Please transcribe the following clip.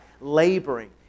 laboring